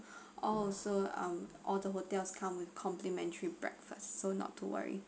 also um all the hotels come with complimentary breakfast so not to worry